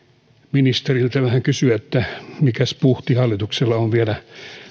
ministeriltä vähän kysyä mikäs puhti hallituksella on vielä